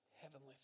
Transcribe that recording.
heavenly